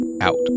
out